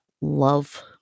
love